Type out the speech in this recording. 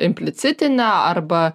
implicitine arba